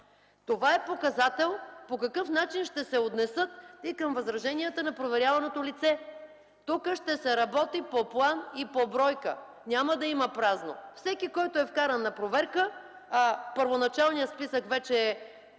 Това е показател по какъв начин ще се отнесат и към възраженията на проверяваното лице. Тук ще се работи по план и по бройка. Няма да има празно! Всеки, който е вкаран на проверка (първоначалният списък вече е